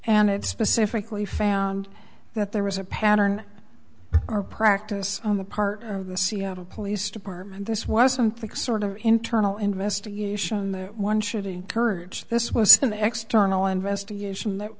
and it specifically found that there was a pattern or practice on the part of the seattle police department this was something sort of internal investigation one should encourage this was some extra arnel investigation that